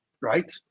right